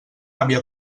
àvia